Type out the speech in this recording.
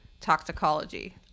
toxicology